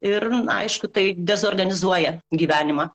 ir aišku tai dezorganizuoja gyvenimą